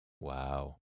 Wow